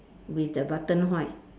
with the button white